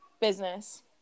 business